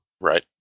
Right